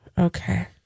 okay